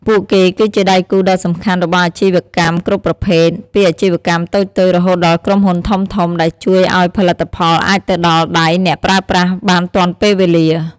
ពួកគេ គឺជាដៃគូដ៏សំខាន់របស់អាជីវកម្មគ្រប់ប្រភេទ ពីអាជីវកម្មតូចៗរហូតដល់ក្រុមហ៊ុនធំៗ ដែលជួយឱ្យផលិតផលអាចទៅដល់ដៃអ្នកប្រើប្រាស់បានទាន់ពេលវេលា។